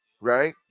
right